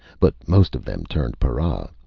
but most of them turned para.